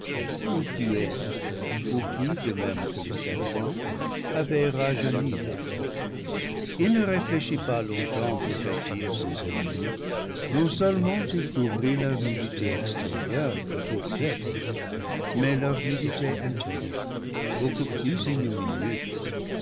ou tuées ou qui de même que le serpent avaient rajeuni leur peau il ne réfléchit pas longtemps pour vêtir ses ennemis non-seulement il couvrit leur nudité extérieure de peaux de bêtes mais leur nudité intérieure beaucoup plus ignominieuse